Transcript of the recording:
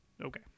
Okay